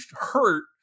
hurt